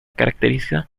caracteriza